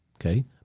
okay